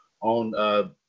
on –